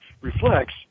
reflects